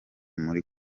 muri